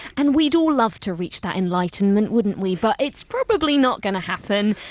and we'd all love to reach that enlightenment, wouldn't we, but it's probably not going to happen.